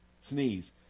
Sneeze